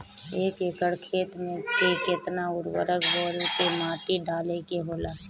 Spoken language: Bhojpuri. एक एकड़ खेत में के केतना उर्वरक बोअत के माटी डाले के होला?